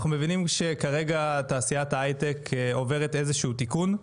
אנחנו מבינים שכרגע תעשיית ההייטק עוברת איזשהו תיקון.